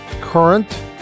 current